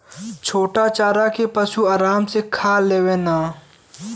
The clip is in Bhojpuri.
छोटा चारा के पशु आराम से खा लेवलन